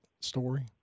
story